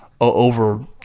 over